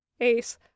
Ace